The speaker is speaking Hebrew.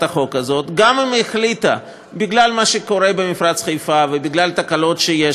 החוק הזאת וגם אם היא החליטה בגלל מה שקורה במפרץ חיפה ובגלל תקלות שיש,